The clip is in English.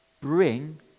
Bring